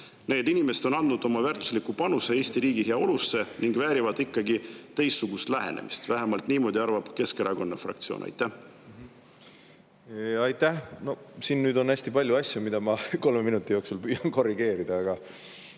Need inimesed on andnud oma väärtusliku panuse Eesti riigi heaolusse ning väärivad ikkagi teistsugust lähenemist. Vähemalt niimoodi arvab Keskerakonna fraktsioon. Aitäh! Siin on hästi palju asju, mida ma kolme minuti jooksul püüan korrigeerida. Aga